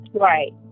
right